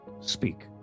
speak